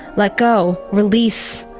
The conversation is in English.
let go, release,